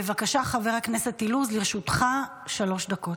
בבקשה, חבר הכנסת אילוז, לרשותך שלוש דקות.